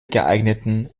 geeigneten